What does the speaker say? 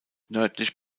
nördlich